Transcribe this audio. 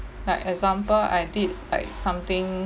like example I did like something